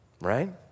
Right